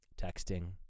Texting